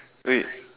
wait